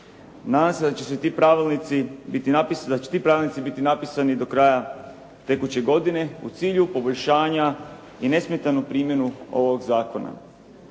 Nadam se da će ti pravilnici biti napisani do kraja tekuće godine u cilju poboljšanja i nesmetanu primjenu ovog zakona.